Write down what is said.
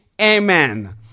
Amen